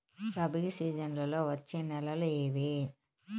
రబి సీజన్లలో వచ్చే నెలలు ఏవి?